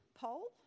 poll